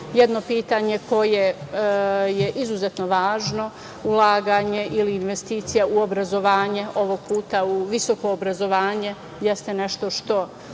jedno pitanje koje je izuzetno važno. Ulaganje ili investicija u obrazovanje ovog puta u visoko obrazovanje jeste nešto što